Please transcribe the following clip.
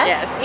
Yes